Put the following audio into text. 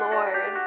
Lord